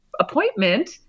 appointment